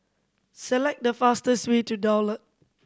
select the fastest way to Daulat